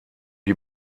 die